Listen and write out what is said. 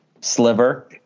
sliver